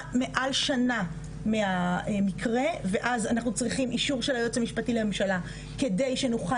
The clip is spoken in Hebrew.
מעל שנה מהמקרה ואז אנחנו צריכים של היועץ המשפטי לממשלה כדי שנוכל